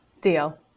Deal